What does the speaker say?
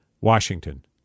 Washington